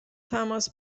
تماس